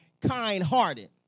kind-hearted